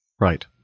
Right